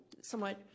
somewhat